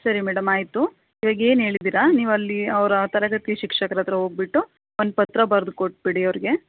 ಸರಿ ಮೇಡಮ್ ಆಯಿತು ಇವಾಗ ಏನು ಹೇಳಿದಿರ ನೀವು ಅಲ್ಲೀ ಅವರ ತರಗತಿ ಶಿಕ್ಷಕರ ಹತ್ರ ಹೋಗ್ಬಿಟ್ಟು ಒಂದು ಪತ್ರ ಬರ್ದು ಕೊಟ್ಟುಬಿಡಿ ಅವರ್ಗೆ